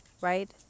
Right